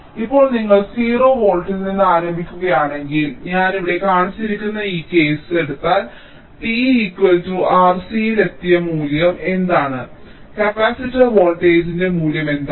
ഇപ്പോൾ നിങ്ങൾ 0 വോൾട്ടിൽ നിന്ന് ആരംഭിക്കുകയാണെങ്കിൽ ഞാൻ ഇവിടെ കാണിച്ചിരിക്കുന്ന ഈ കേസ് എടുത്താൽ t R c യിൽ എത്തിയ മൂല്യം എന്താണ് കപ്പാസിറ്റർ വോൾട്ടേജിന്റെ മൂല്യം എന്താണ്